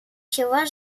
чего